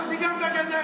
אני גר בגדרה.